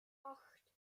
acht